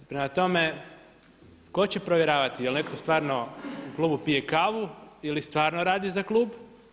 Prema tome, tko će provjeravati jel' netko stvarno u klubu pije kavu ili stvarno radi za klub?